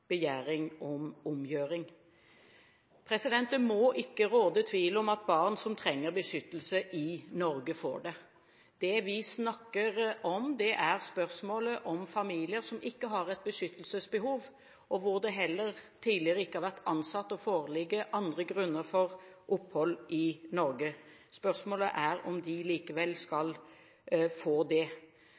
om omgjøring. Det må ikke råde tvil om at barn som trenger beskyttelse i Norge, får det. Det vi snakker om, er spørsmålet om familier som ikke har et beskyttelsesbehov, og hvor det heller ikke tidligere har vært ansett å foreligge andre grunner for opphold i Norge. Spørsmålet er om de likevel skal få det.